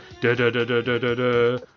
da-da-da-da-da-da-da